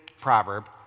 proverb